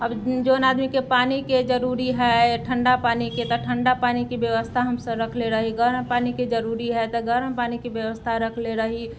अब जोन आदमीके पानीके जरूरी हइ ठण्डा पानीके तऽ ठण्डा पानिके व्यवस्था हमसभ रखने रही गरम पानिके जरूरी हइ तऽ गरम पानीके व्यवस्था रखने रही